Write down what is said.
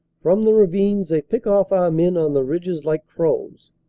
from the ravines they pick off our men on the ridges like crovvs.